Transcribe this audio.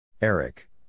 Eric